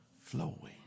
flowing